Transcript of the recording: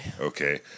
Okay